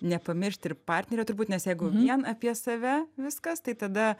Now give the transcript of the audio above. nepamiršti ir partnerio turbūt nes jeigu vien apie save viskas tai tada